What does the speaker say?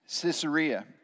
Caesarea